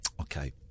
Okay